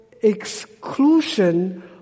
exclusion